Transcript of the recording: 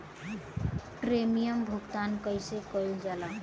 Premium भुगतान कइसे कइल जाला?